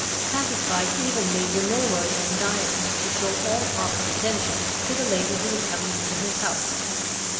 satisfied even major milroy's anxiety to show all proper attention to the lady who was coming into his house.